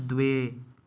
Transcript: द्वे